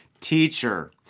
teacher